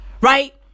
Right